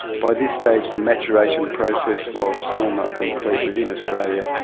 by this stage the maturation process was still not complete within australia.